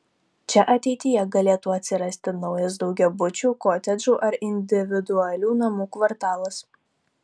čia ateityje galėtų atsirasti naujas daugiabučių kotedžų ar individualių namų kvartalas